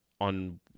on